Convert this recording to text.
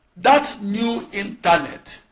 that new internet